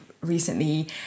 recently